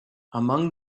among